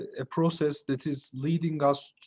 a process that is leading us,